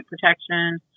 protection